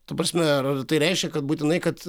ta prasme ar tai reiškia kad būtinai kad